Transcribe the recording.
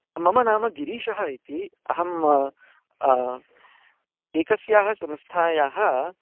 मम नाम गिरीशः इति अहं एकस्याः संस्थायाः